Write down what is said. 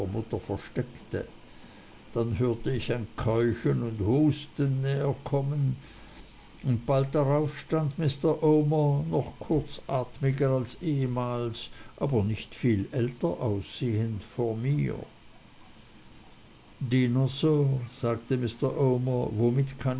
mutter versteckte dann hörte ich ein keuchen und husten näherkommen und bald darauf stand mr omer noch kurzatmiger als ehemals aber nicht viel älter aussehend vor mir diener sir sagte mr omer womit